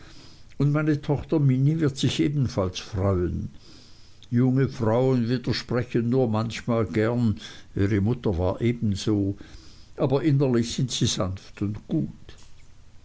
und meine tochter minnie wird sich ebenfalls freuen junge frauen widersprechen nur manchmal gern ihre mutter war ebenso aber innerlich sind sie sanft und gut